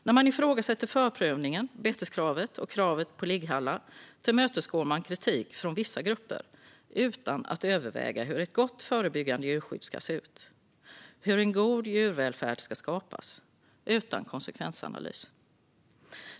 När man ifrågasätter förprövningen, beteskravet och kravet på ligghallar tillmötesgår man kritik från vissa grupper utan att överväga hur ett gott och förebyggande djurskydd ska se ut och hur en god djurvälfärd ska skapas - utan konsekvensanalys.